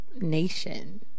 nation